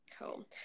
Cool